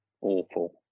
awful